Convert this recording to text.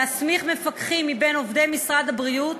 להסמיך מפקחים מבין עובדי משרד הבריאות